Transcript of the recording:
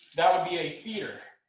that would be a heater.